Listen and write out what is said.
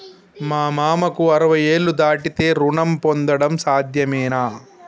మా మామకు అరవై ఏళ్లు దాటితే రుణం పొందడం సాధ్యమేనా?